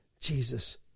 Jesus